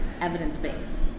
evidence-based